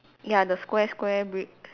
ya the square square brick